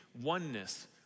oneness